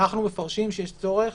אנחנו מפרשים שיש צורך